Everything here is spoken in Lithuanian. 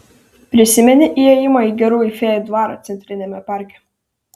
prisimeni įėjimą į gerųjų fėjų dvarą centriniame parke